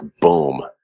boom